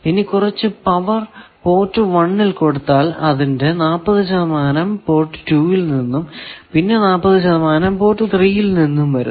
ഇനി കുറച്ചു power port 1 ൽ കൊടുത്താൽ അതിന്റെ 40 ശതമാനം പോർട്ട് 2 ൽ നിന്നും പിന്നെ 40 ശതമാനം പോർട്ട് 3 ൽ നിന്നും വരുന്നു